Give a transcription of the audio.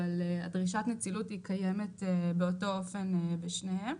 דרישת הנצילות קיימת באותו אופן בשניהם.